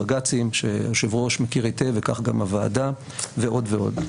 בג"צים שהיושב-ראש מכיר היטב וכך גם הוועדה ועוד ועוד.